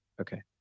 Okay